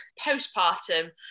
postpartum